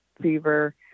fever